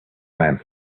man